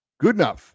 Goodenough